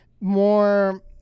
more